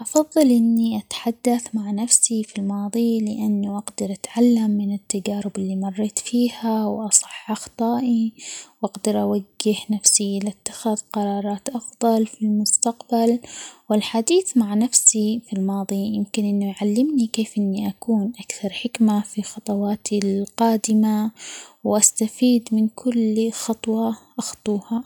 أفضل إني أتحدث مع نفسي في الماضي ؛ لأنه أقدر أتعلم من التجارب اللي مريت فيها، وأصحح أخطائي، وأقدر أوجه نفسي؛ لإتخاذ قرارات أفضل في المستقبل ،والحديث مع نفسي في الماضي يمكن انه يعلمني كيف اني اكون اكثر حكمة في خطواتي القادمة، واستفيد من كل خطوة أخطوها.